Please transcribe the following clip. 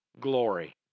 glory